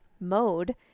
mode